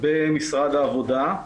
במשרד העבודה.